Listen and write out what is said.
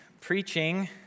preaching